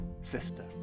Sister